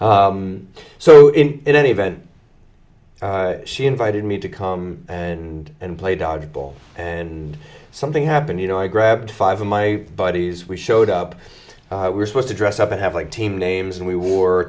so in any event she invited me to come and and play dodgeball and something happened you know i grabbed five of my buddies we showed up we were supposed to dress up and have like team names and we wore a